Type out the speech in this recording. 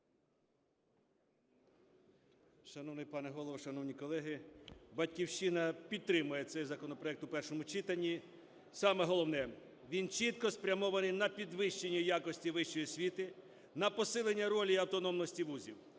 Шановний пане голово, шановні колеги! "Батьківщина" підтримує цей законопроект у першому читанні. Саме головне, він чітко спрямований на підвищення якості вищої освіти, на посилення ролі й автономності вузів,